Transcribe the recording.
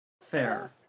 Fair